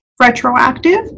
retroactive